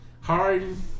Harden